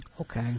okay